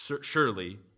surely